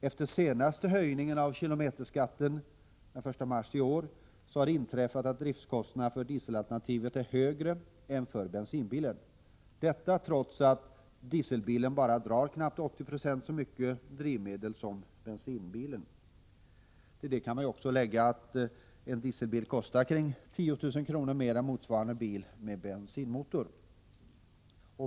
Efter den senaste höjningen av kilometerskatten, den 1 mars i år, så har det inträffat att driftskostnaderna för dieselalternativet är högre än driftskostnaderna för bensinbilen — detta trots att dieselbilen bara drar knappt 80 96 så mycket drivmedel som bensinbilen. Till detta kan man också lägga att en dieselbil kostar omkring 10 000 kr. mer än motsvarande bil med bensinmotor.